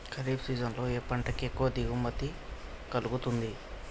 Kharif season లో ఏ పంట కి ఎక్కువ దిగుమతి కలుగుతుంది?